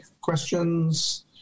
questions